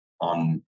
on